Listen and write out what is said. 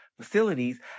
facilities